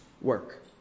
work